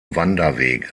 wanderwege